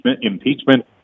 impeachment